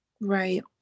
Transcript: Right